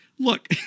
Look